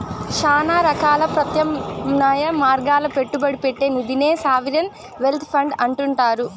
శానా రకాల ప్రత్యామ్నాయ మార్గాల్ల పెట్టుబడి పెట్టే నిదినే సావరిన్ వెల్త్ ఫండ్ అంటుండారు